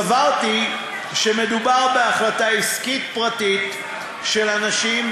סברתי שמדובר בהחלטה עסקית פרטית של אנשים,